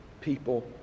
people